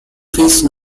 phase